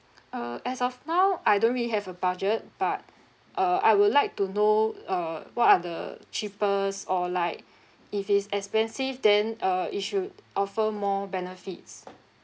uh as of now I don't really have a budget but uh I would like to know uh what are the cheapest or like if it's expensive then uh it should offer more benefits